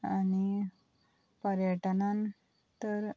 आनी पर्यटनान तर